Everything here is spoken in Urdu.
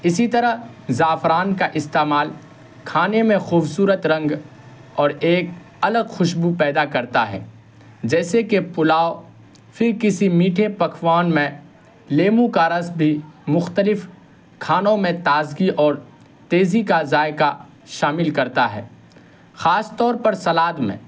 اسی طرح زعفران کا استعمال کھانے میں خوبصورت رنگ اور ایک الگ خوشبو پیدا کرتا ہے جیسے کہ پلاؤ پھر کسی میٹھے پکوان میں لیموں کا رس بھی مختلف کھانوں میں تازگی اور تیزی کا ذائقہ شامل کرتا ہے خاص طور پر سلاد میں